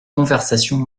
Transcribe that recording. conversations